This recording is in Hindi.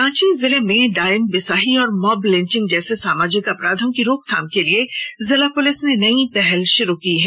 रांची जिले में डायन बिसाही और मॉब लिंचिंग जैसे सामाजिक अपराधों की रोकथाम के लिए जिला पुलिस ने नई पहल शुरू की है